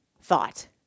thought